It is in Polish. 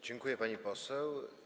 Dziękuję, pani poseł.